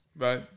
Right